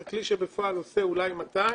זה כלי שבפועל עושה אולי 200 קילומטרים.